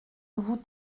vous